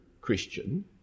Christian